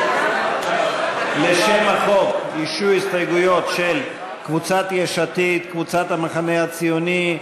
לשם החוק הוגשו הסתייגויות של חברי הכנסת יעל גרמן,